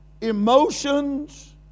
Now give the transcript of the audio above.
emotions